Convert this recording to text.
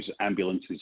ambulances